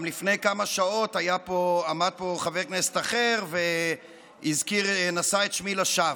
גם לפני כמה שעות עמד פה חבר כנסת אחר ונשא את שמי לשווא.